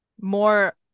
More